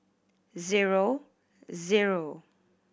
zero zero